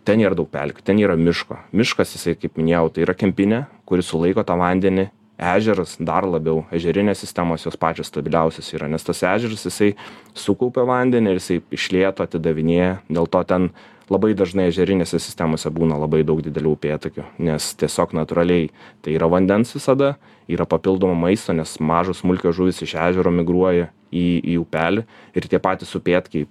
ten nėra daug pelkių ten yra miško miškas jisai kaip minėjau tai yra kempinė kuri sulaiko tą vandenį ežeras dar labiau ežerinės sistemos jos pačios stabiliausios yra nes tas ežeras jisai sukaupia vandenį ir jisai iš lėto atidavinėja dėl to ten labai dažnai ežerinėse sistemose būna labai daug didelių upėtakių nes tiesiog natūraliai tai yra vandens visada yra papildomo maisto nes mažos smulkios žuvys iš ežero migruoja į į upelį ir tie patys upėtakiai